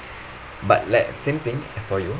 but like same thing as for you